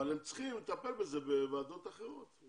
אבל צריכים לטפל בזה בוועדות אחרות.